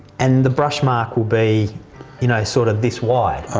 and the brush mark will be you know sort of this wide.